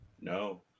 No